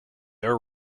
are